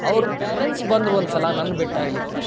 ಅವ್ರ ಪೇರೆಂಟ್ಸ್ ಬಂದರು ಒಂದು ಸಲ ನನ್ನ ಭೇಟಿಯಾಗ್ಲಿಕ್ಕೆ